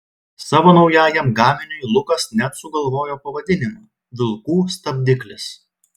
savo naujajam gaminiui lukas net sugalvojo pavadinimą vilkų stabdiklis